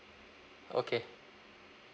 okay